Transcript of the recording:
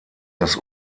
das